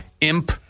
imp